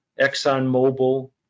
ExxonMobil